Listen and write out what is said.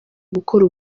gukora